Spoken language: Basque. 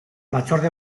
batzorde